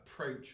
approach